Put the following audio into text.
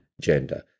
gender